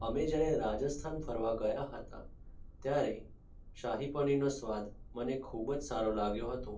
અમે જ્યારે રાજસ્થાન ફરવા ગયા હતા ત્યારે શાહી પનીરનો સ્વાદ મને ખૂબ જ સારો લાગ્યો હતો